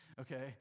okay